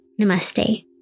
Namaste